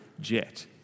jet